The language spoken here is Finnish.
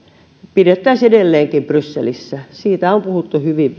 pidettäisiin edelleenkin brysselissä siitä on puhuttu hyvin